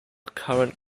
current